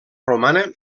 romana